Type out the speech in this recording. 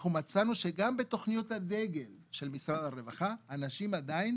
אנחנו מצאנו שגם בתוכניות הדגל של משרד הרווחה אנשים עדיין